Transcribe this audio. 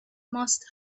must